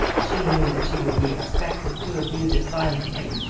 she knew that she would be expected to abuse it violently,